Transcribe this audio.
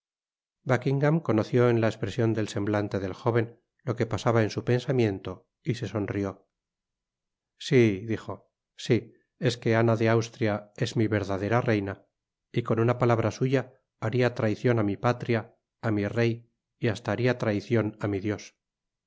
conoció en la espresion del semblante del jóven lo que pasaba en su pensamiento y se sonrió si dijo si es que ana de austria es mi verdadera reina y con una palabra suya haria traicion á mi patria á mi rey y hasta haria traicion a mi dlos